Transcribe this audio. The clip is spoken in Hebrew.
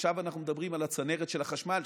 עכשיו אנחנו מדברים על הצנרת של החשמל,